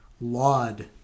laud